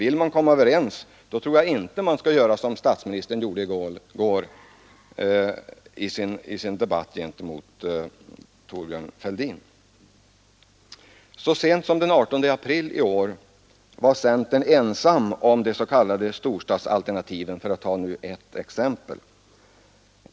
Vill man komma överens, tror jag inte man skall göra som statsministern gjorde i går i sin debatt med Thorbjörn Fälldin. Så sent som den 18 april i år var centern det enda parti som gick emot de s.k. storstadsalternativen, för att nu ta ett exempel.